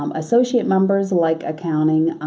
um associate members like accounting,